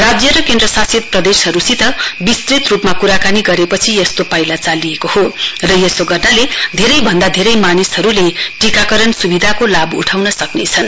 राज्य र केन्द्रशासित प्रदेशहरूसित विस्तृत रूपमा कुराकानी गरेपछि यस्तो पाइला चालिएको हो र यसो गर्नाले धेरै भन्दा धेरै मानिसहरूले टीकाकरण सुविधाको लाभ उठाउन सक्नेछन्